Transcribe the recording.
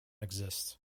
exists